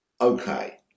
okay